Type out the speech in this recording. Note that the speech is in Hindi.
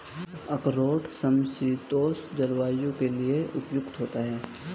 अखरोट समशीतोष्ण जलवायु के लिए उपयुक्त होता है